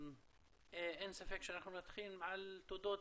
אין ספק שאנחנו נתחיל בתודות,